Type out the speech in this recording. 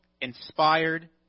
inspired